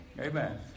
Amen